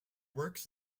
works